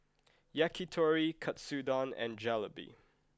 Yakitori Katsudon and Jalebi